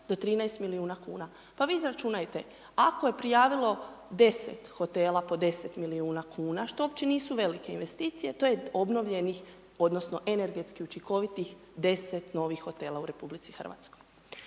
do 13 milijuna kuna, pa vi izračunajte, ako je prijavilo 10 hotela po 10 milijuna kuna, što uopće nisu velike investicije, to je obnovljenih odnosno energetski učinkovitih 10 novih hotela u RH. Isto tako